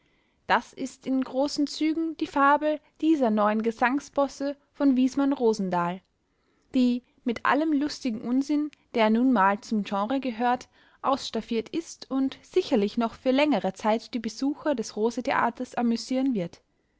das ist in großen zügen die fabel dieser neuen gesangsposse von wismar rosendahl die mit allem lustigen unsinn der nun mal zum genre gehört ausstaffiert ist und sicherlich noch für längere zeit die besucher des rose-theaters amüsieren wird